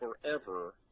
forever